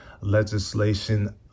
legislation